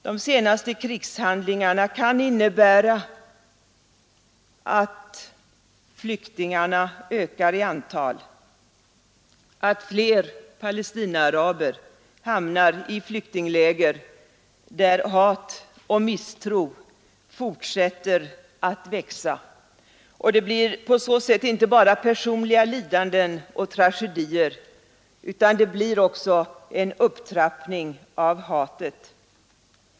De senaste krigshandlingarna kan innebära att flyktingarna ökar i antal, att fler Palestinaaraber hamnar i flyktingläger, där hat och misstro fortsätter att växa. Det blir på så sätt inte bara personliga lidanden och tragedier, utan det blir också en upptrappning av hatet.